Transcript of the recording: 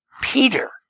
Peter